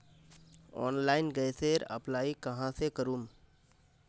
Online गैसेर apply कहाँ से करूम?